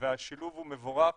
והשילוב מבורך,